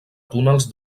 túnels